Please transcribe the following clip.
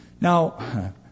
Now